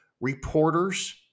reporters